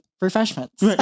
refreshments